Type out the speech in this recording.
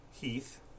Heath